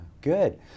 Good